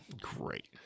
Great